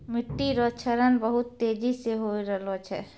मिट्टी रो क्षरण बहुत तेजी से होय रहलो छै